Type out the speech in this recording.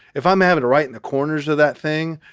if i may have it right in the corners of that thing.